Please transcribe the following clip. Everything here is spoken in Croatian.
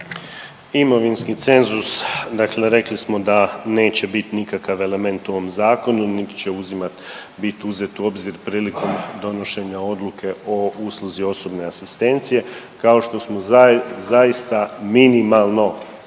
Imovinski cenzus, dakle rekli smo da neće biti nikakav element u ovom Zakonu niti će uzimati, bit uzet u obzir prilikom donošenja odluke o usluzi osobne asistencije, kao što smo zaista minimalno,